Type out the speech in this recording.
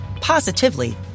Positively